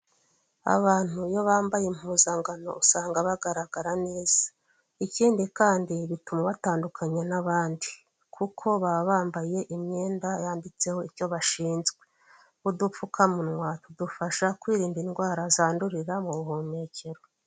Abantu iyo bambaye impuzankano usanga bagaragara neza. Ikindi kandi bituma ubatandukanya n'abandi. Kuko baba bambaye imyenda yanditseho icyo bashinzwe. Udupfukamunwa tudufasha kwirinda indwara zandurira mu buhumekero.